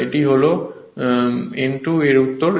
এটি হল n 2 এর উত্তর